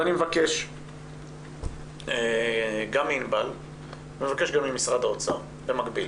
אני מבקש מענבל חרמוני וגם ממשרד האוצר, במקביל